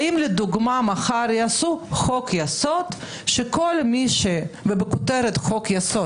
האם לדוגמה מחר יעשו חוק יסוד ובכותרת חוק יסוד